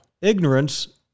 Ignorance